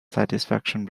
satisfaction